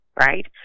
right